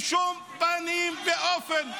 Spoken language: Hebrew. בשום פנים ואופן.